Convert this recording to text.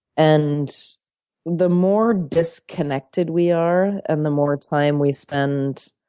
and the more disconnected we are and the more time we spend